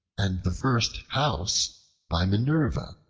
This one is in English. and the first house by minerva.